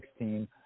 2016